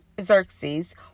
Xerxes